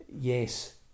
Yes